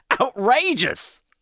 outrageous